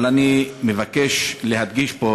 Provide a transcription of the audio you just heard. אבל אני מבקש להדגיש פה